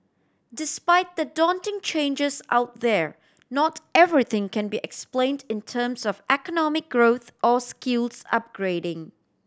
despite the daunting changes out there not everything can be explained in terms of economic growth or skills upgrading